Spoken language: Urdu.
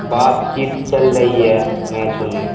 بات چیت چل رہی ہے میچ ہونے